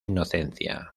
inocencia